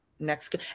next